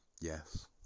Yes